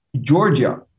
Georgia